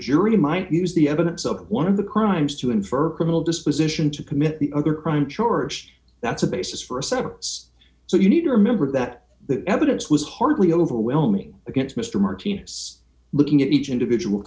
jury might use the evidence of one of the crimes to infer criminal disposition to commit the other crime charged that's a basis for a sentence so you need to remember that the evidence was hardly overwhelming against mr my ts looking at each individual